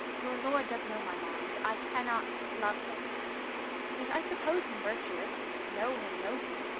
your lord does know my mind i cannot love him yet i suppose him virtuous, know him noble,